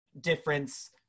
difference